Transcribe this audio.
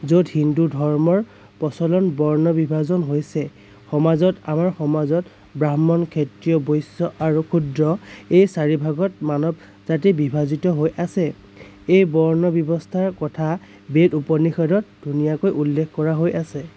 য'ত হিন্দু ধৰ্মৰ প্ৰচলন বৰ্ণ বিভাজন হৈছে সমাজত আমাৰ সমাজত ব্ৰাক্ষ্মণ ক্ষেত্ৰীয় বৈশ্য আৰু ক্ষুদ্ৰ এই চাৰি ভাগত মানৱ জাতি বিভাজিত হৈ আছে এই বৰ্ণ ব্যৱস্থাৰ কথা বেদ উপনিষদত ধুনীয়াকৈ উল্লেখ কৰা হৈ আছে